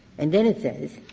and then it says,